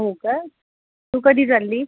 हो का तू कधी चालली